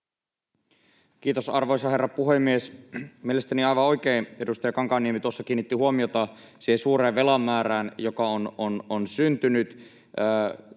Kiitos, arvoisa herra puhemies! Mielestäni aivan oikein edustaja Kankaanniemi tuossa kiinnitti huomiota siihen suureen velan määrään, joka on syntynyt,